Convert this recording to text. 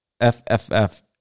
FFF